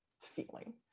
feeling